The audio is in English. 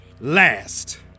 last